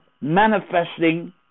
manifesting